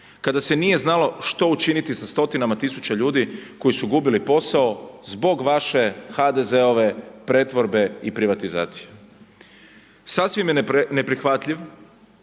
kada se nije znalo što učiniti sa stotinama tisuća ljudi koji su gubili posao zbog vaše HDZ-ove pretvorbe i privatizacije. Sasvim je neprihvatljiv